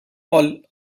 all